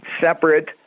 separate